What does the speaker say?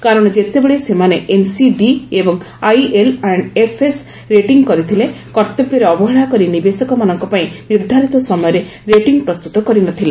କାରଣ ଯେତେବେଳେ ସେମାନେ ଏନ୍ସିଡି ଏବଂ ଆଇଏଲ୍ ଆଣ୍ଡ ଏଫ୍ଏସ୍ର ରେଟିଂ କରିଥିଲେ କର୍ତ୍ତବ୍ୟରେ ଅବହେଳା କରି ନିବେଶକମାନଙ୍କ ପାଇଁ ନିର୍ଦ୍ଧାରିତ ସମୟରେ ରେଟିଂ ପ୍ରସ୍ତୁତ କରି ନ ଥିଲେ